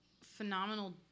phenomenal